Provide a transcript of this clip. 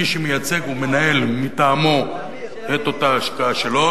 מי שמייצג או מנהל מטעמו את אותה השקעה שלו,